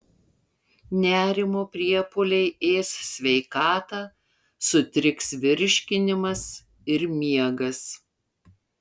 nerimo priepuoliai ės sveikatą sutriks virškinimas ir miegas